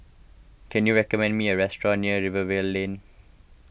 can you recommend me a restaurant near Rivervale Lane